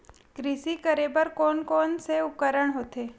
कृषि करेबर कोन कौन से उपकरण होथे?